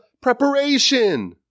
preparation